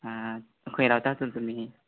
आं खंय रावता तर तुमी